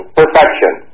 perfection